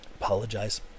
Apologize